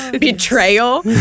betrayal